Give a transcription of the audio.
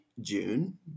June